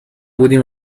بودیم